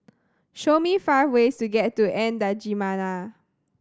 show me five ways to get to N'Djamena